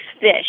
fish